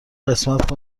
قسمت